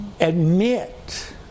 admit